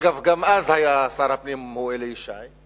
אגב, גם אז שר הפנים היה אלי ישי,